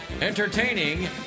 entertaining